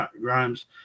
Grimes